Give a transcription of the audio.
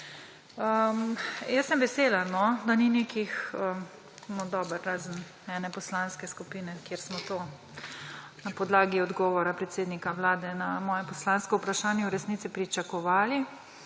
Jaz sem vesela, da ni nekih, no razen ene poslanske skupine, kjer smo to na podlagi odgovora predsednika vlade na moje poslansko vprašanje v resnici pričakovali,